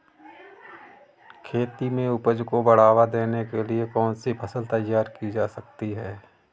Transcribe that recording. खेती में उपज को बढ़ावा देने के लिए कौन सी फसल तैयार की जा सकती है?